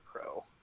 pro